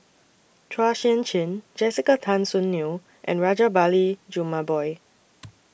Chua Sian Chin Jessica Tan Soon Neo and Rajabali Jumabhoy